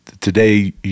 today